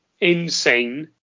insane